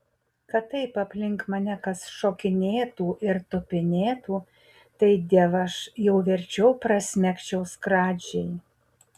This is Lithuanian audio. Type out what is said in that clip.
kad taip aplink mane kas šokinėtų ir tupinėtų tai dievaž jau verčiau prasmegčiau skradžiai